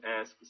ask